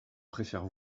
préfère